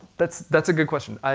that's that's a good question.